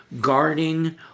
Guarding